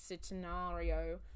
scenario